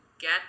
get